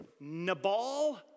Nabal